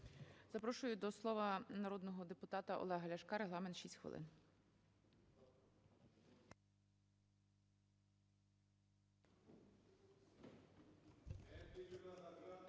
Запрошую до слова народного депутата Олега Ляшка. Регламент – 6 хвилин.